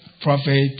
prophet